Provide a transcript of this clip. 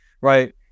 right